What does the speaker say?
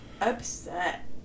upset